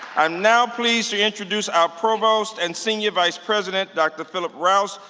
i'm now pleased to introduce our provost and senior vice president, dr. philip rous,